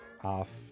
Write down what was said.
off